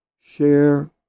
share